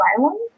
Violence